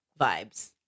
vibes